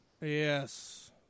Yes